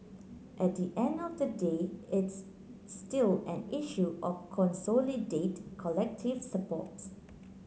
at the end of the day it's still an issue of consolidate collective supports